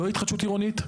לא התחדשות עירונית,